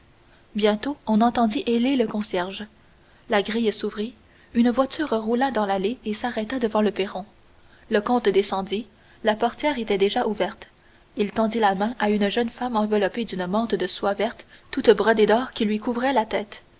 bientôt on entendit héler le concierge la grille s'ouvrit une voiture roula dans l'allée et s'arrêta devant le perron le comte descendit la portière était déjà ouverte il tendit la main à une jeune femme enveloppée d'une mante de soie verte toute brodée d'or qui lui couvrait la tête